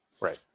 Right